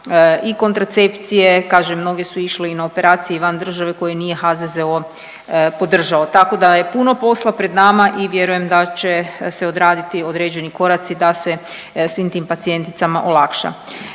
i kontracepcije, kažem, mnoge su išle i na operacije i van države koje nije HZZO podržao. Tako da je puno posla pred nama i vjerujem da će se odraditi određeni koraci da se svim tim pacijenticama olakša.